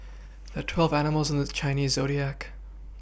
there are twelve animals in the Chinese zodiac